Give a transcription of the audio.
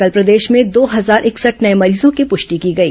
कल प्रदेश में दो हजार इकसठ नये मरीजों की पुष्टि की गई